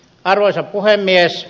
arvoisa puhemies